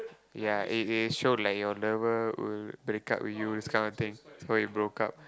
ya it it show like your lover would break up with you this kind of thing before you broke up